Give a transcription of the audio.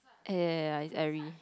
ya ya ya it's Airy